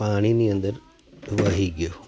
પાણીની અંદર વહી ગયો